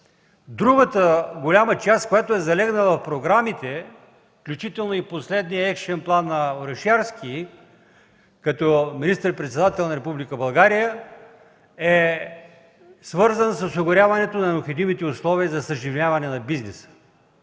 Другата голяма част, която е залегнала в програмите, включително и в последния екшън план на Орешарски като министър председател на Република България, е свързан с осигуряването на необходимите условия за съживяване на бизнеса.